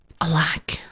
Alack